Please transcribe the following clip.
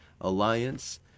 Alliance